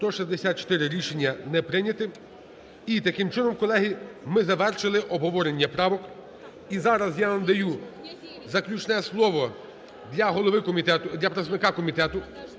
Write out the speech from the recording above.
За-164 Рішення не прийнято. І, таким чином, колеги, ми завершили обговорення правок. І зараз я надаю заключне слово для представника комітету.